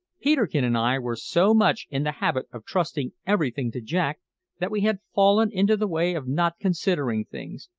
peterkin and i were so much in the habit of trusting everything to jack that we had fallen into the way of not considering things,